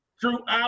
throughout